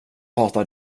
hatar